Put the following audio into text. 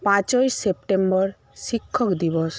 পাঁচই সেপ্টেম্বর শিক্ষক দিবস